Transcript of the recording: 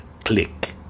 click